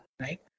right